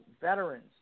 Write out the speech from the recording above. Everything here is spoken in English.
veterans